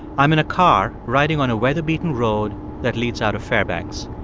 i'm in a car riding on a weather-beaten road that leads out of fairbanks.